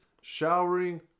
showering